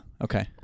Okay